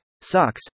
socks